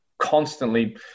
constantly